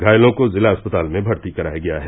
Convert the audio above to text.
घायलों को जिला अस्पताल में भर्ती कराया गया है